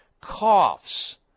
coughs